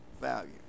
value